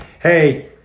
Hey